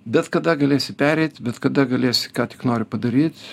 bet kada galėsi pereit bet kada galės ką tik nori padaryt